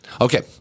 Okay